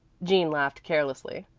jean laughed carelessly.